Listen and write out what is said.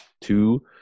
two